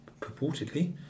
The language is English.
purportedly